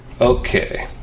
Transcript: Okay